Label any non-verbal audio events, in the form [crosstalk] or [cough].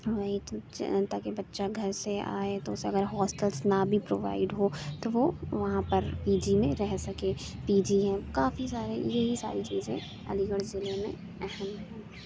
[unintelligible] تاکہ بچہ گھر سے آئے تو اُسے اگر ہوسٹلس نہ بھی پرووائڈ ہو تو وہ وہاں پر پی جی میں رہ سکے پی جی ہیں کافی سارے یہی ساری چیزیں علی گڑھ ضلعے میں اہم ہیں